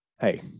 Hey